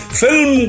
film